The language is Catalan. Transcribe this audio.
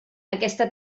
aquesta